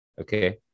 okay